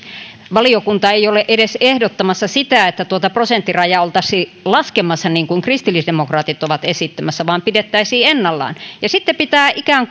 valiokunta ei ole edes ehdottamassa sitä että tuota prosenttirajaa oltaisiin laskemassa niin kuin kristillisdemokraatit ovat esittämässä vaan se pidettäisiin ennallaan ja sitten pitää ikään